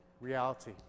reality